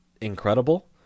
incredible